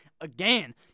again